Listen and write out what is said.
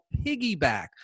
piggyback